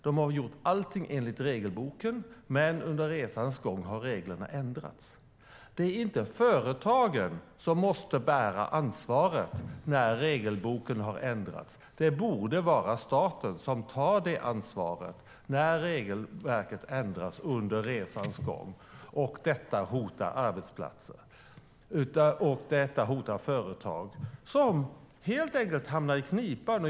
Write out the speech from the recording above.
De har gjort allt enligt regelboken, men under resans gång har reglerna ändrats. Det är inte företagen som ska bära ansvaret när regelboken har ändrats. Det borde vara staten som tar det ansvaret när regelverket ändras under resans gång. Detta hotar arbetsplatser och företag, som hamnar i knipa.